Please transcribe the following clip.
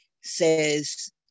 says